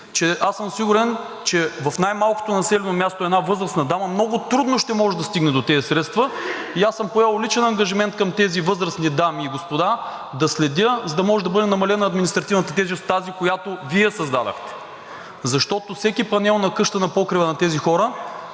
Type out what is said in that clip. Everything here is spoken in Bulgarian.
че съм сигурен, че в най-малкото населено място една възрастна дама много трудно ще може да стигне до тези средства. Поел съм личен ангажимент към тези възрастни дами и господа да следя, за да може да бъде намалена административната тежест – тази, която Вие създадохте, защото всеки панел на къща на покрива на тези хора